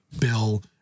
bill